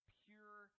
pure